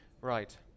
Right